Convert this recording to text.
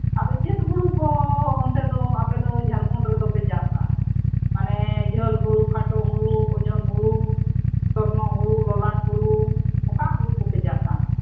ᱟᱫᱚ ᱪᱮᱫ ᱦᱩᱲᱩ ᱠᱚ ᱚᱱᱛᱮ ᱫᱚ ᱟᱯᱮ ᱫᱚ ᱡᱷᱟᱲᱠᱷᱚᱸᱰ ᱨᱮᱫᱚ ᱯᱮ ᱪᱟᱥᱟ ᱢᱟᱱᱮ ᱡᱷᱟᱹᱞ ᱦᱩᱲᱩ ᱠᱷᱟᱴᱚ ᱦᱩᱲᱩ ᱳᱡᱳᱱ ᱦᱩᱲᱩ ᱥᱚᱨᱱᱚ ᱦᱩᱲᱩ ᱞᱚᱞᱟᱴ ᱦᱩᱲᱩ ᱚᱠᱟ ᱦᱩᱲᱩ ᱠᱚᱯᱮ ᱪᱟᱥᱟ